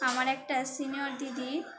আমার একটা সিনিয়র দিদি